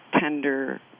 tender